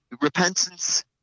Repentance